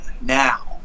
now